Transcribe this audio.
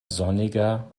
sonniger